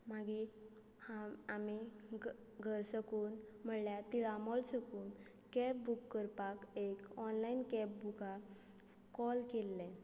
मागीर आमी घर घर साकून म्हळ्यार तिळामोल साकून कॅब बूक करपाक एक ऑनलायन कॅब बुकाक कॉल केल्लें